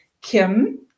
Kim